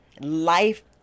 life